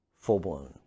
full-blown